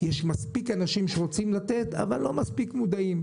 מספיק אנשים שרוצים לתת, אבל לא מספיק מודעים.